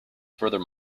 further